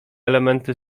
elementy